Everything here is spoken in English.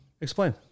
Explain